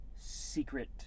Secret